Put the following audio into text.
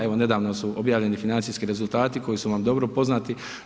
Evo, nedavno su objavljeni financijski rezultati koji su nam dobro poznati.